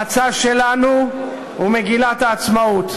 המצע שלנו הוא מגילת העצמאות: